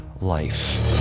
life